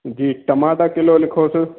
जी टमाटा किलो लिखोसि